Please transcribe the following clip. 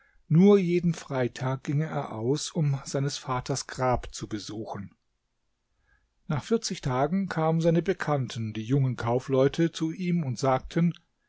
nur jeden freitag ging er aus um seines vaters grab zu besuchen nach vierzig tagen kamen seine bekannten die jungen kaufleute zu ihm und sagten